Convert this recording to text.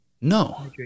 No